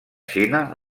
xina